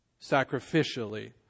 Sacrificially